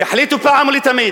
יחליטו פעם ולתמיד